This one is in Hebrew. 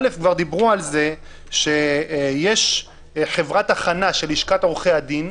כבר דיברו על זה שיש חברת הכנה של לשכת עורכי הדין,